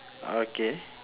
okay